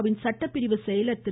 win சட்டப்பிரிவு செயலர் திரு